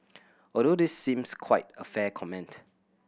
although this seems quite a fair comment